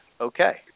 Okay